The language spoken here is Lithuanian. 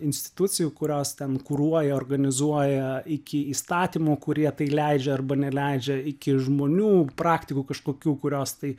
institucijų kurios ten kuruoja organizuoja iki įstatymų kurie tai leidžia arba neleidžia iki žmonių praktikų kažkokių kurios tai